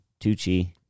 Tucci